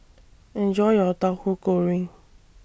Enjoy your Tauhu Goreng